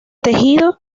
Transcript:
tejido